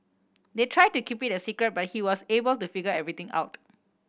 they tried to keep it a secret but he was able to figure everything out